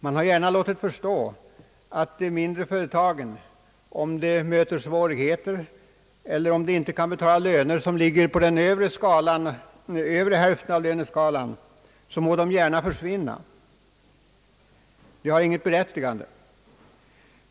Man har gärna låtit förstå att de mindre företagen, om de möter svårigheter eller om de inte kan betala löner som ligger på den övre hälften av löneskalan, gärna må försvinna. De har inget berättigande.